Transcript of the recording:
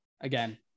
Again